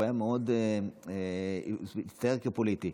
הוא מאוד הצטייר כפוליטי.